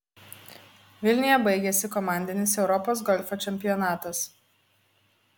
vilniuje baigėsi komandinis europos golfo čempionatas